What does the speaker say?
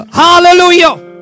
hallelujah